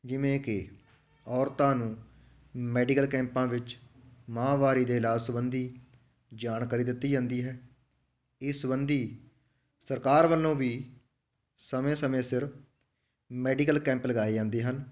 ਜਿਵੇਂ ਕਿ ਔਰਤਾਂ ਨੂੰ ਮੈਡੀਕਲ ਕੈਂਪਾਂ ਵਿੱਚ ਮਾਹਵਾਰੀ ਦੇ ਇਲਾਜ ਸੰਬੰਧੀ ਜਾਣਕਾਰੀ ਦਿੱਤੀ ਜਾਂਦੀ ਹੈ ਇਸ ਸੰਬੰਧੀ ਸਰਕਾਰ ਵੱਲੋਂ ਵੀ ਸਮੇਂ ਸਮੇਂ ਸਿਰ ਮੈਡੀਕਲ ਕੈਂਪ ਲਗਾਏ ਜਾਂਦੇ ਹਨ